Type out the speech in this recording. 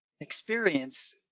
experience